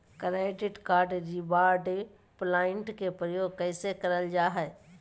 Credit card reward point के प्रयोग कैसे करल जा है?